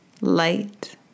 light